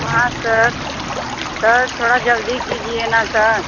हाँ sir sir थोड़ा जल्दी कीजिए ना सर